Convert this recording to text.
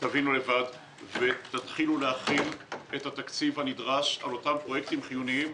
תבינו לבד ותתחילו להכין את התקציב הנדרש לאותם פרויקטים חיוניים.